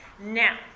Now